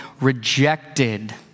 rejected